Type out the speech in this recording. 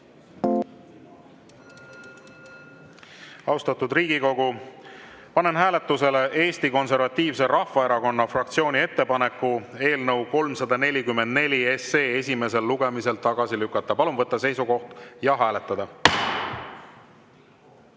Austatud Riigikogu! Panen hääletusele Eesti Konservatiivse Rahvaerakonna fraktsiooni ettepaneku eelnõu 344 esimesel lugemisel tagasi lükata. Palun võtta seisukoht ja hääletada!